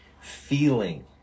feeling